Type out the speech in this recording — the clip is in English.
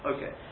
Okay